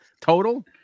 Total